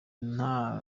nta